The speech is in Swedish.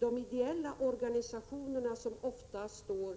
De ideella organisationerna som ofta står